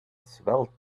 swell